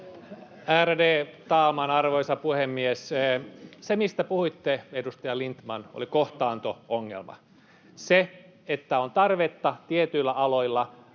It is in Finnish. Ärade talman, arvoisa puhemies! Se, mistä puhuitte, edustaja Lindtman, oli kohtaanto-ongelma: se, että on tarvetta tietyillä aloilla,